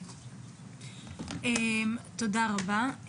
תודה רבה.